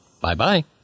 bye-bye